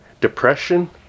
depression